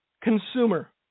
consumer